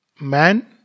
man